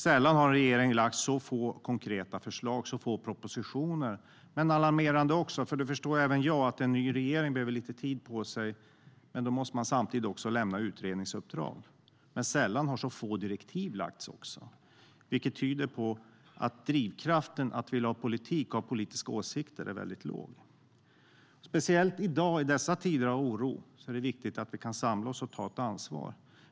Sällan har en regering lagt fram så få konkreta förslag och propositioner. Det är alarmerande. Även jag förstår att en ny regering behöver lite tid på sig, men den måste samtidigt lämna utredningsuppdrag. Sällan har dock så få direktiv getts, vilket tyder på att drivkraften att göra politik av politiska åsikter är väldigt låg. Speciellt i dag, i dessa tider av oro, är det viktigt att vi kan samla oss och ta ett ansvar.